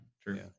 True